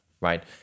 right